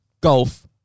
Golf